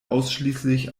ausschließlich